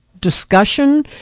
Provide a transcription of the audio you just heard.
discussion